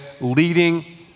leading